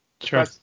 sure